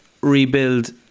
rebuild